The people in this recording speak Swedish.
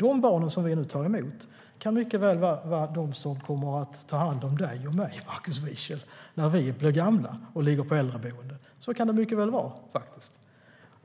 De barn som vi nu tar emot kan mycket väl vara de som kommer att ta hand om dig och mig, Markus Wiechel, när vi blir gamla och ligger på äldreboenden. Så kan det mycket väl vara.